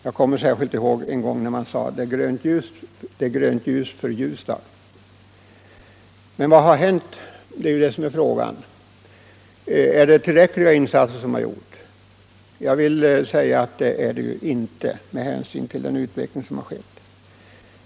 Jag kommer särskilt ihåg att man en gång sade: Det är grönt —- Om ökad spridning ljus för Ljusdal. av sysselsättningen i Men vad har hänt? Den frågan kan ställas: Är det tillräckliga insatser — Gävleborgs län som har gjorts? Jag vill säga att det är det inte med hänsyn till den utveckling som har skett.